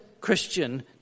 Christian